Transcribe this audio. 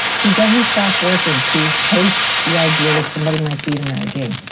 he doesn't stop working. he hates the idea that somebody might beat him at a game.